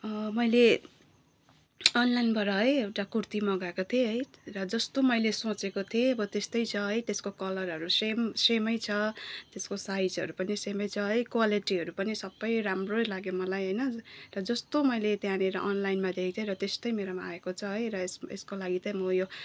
मैले अनलाइनबाट है एउटा कुर्ती मगाएको थिएँ है र जस्तो मैले सोचेको थिएँ अब त्यस्तै छ है त्यसको कलरहरू सेम सेमै छ त्यसको साइजहरू पनि सेमै छ है क्वालिटीहरू पनि सबै राम्रै लाग्यो मलाई होइन र जस्तो मैले त्यहाँनिर अनलाइनमा देखेको थिएँ र त्यस्तै मेरोमा आएको छ है र यसको यसको लागि चाहिँ म यो